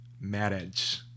marriage